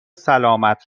سلامت